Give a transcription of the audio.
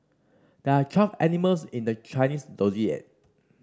there are twelve animals in the Chinese Zodiac